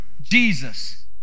Jesus